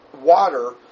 water